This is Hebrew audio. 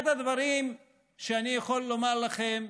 אחד הדברים שאני יכול לומר לכם,